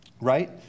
right